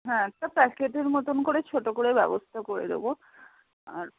হ্যাঁ প্যাকেটের মতো করে ছোটো করে ব্যবস্থা করে দেবো আর